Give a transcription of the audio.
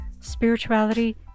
spirituality